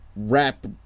Rap